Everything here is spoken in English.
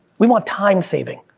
we want time saving.